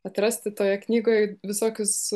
atrasti toje knygoj visokius